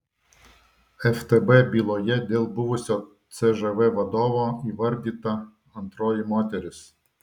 ftb byloje dėl buvusio cžv vadovo įvardyta antroji moteris